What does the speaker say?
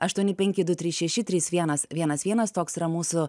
aštuoni penki du trys šeši trys vienas vienas vienas toks yra mūsų